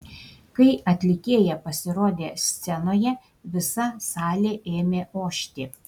kai atlikėja pasirodė scenoje visa salė ėmė ošti